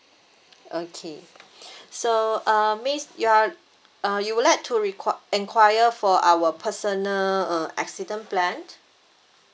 okay so um miss you are uh you would like to requi~ enquire for our personal uh accident plan